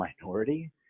minority